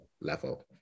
level